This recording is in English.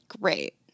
Great